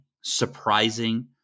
surprising